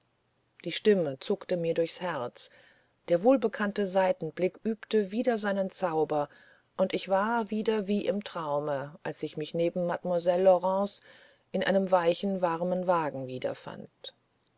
die stimme zuckte mir durchs herz der wohlbekannte seitenblick übte wieder seinen zauber und ich war wieder wie im traume als ich mich neben mademoiselle laurence in einem weichen warmen wagen